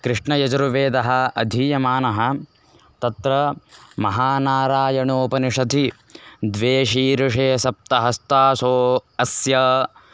कृष्णयजुर्वेदः अधीयमानः तत्र महानारायणोपनिषदि द्वेशीर्षे सप्तहस्तासो अस्य